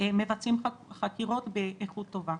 מבצעים חקירות באיכות טובה.